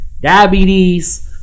diabetes